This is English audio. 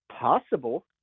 possible